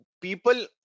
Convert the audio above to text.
people